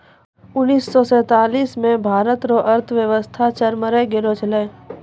उनैस से सैंतालीस मे भारत रो अर्थव्यवस्था चरमरै गेलो छेलै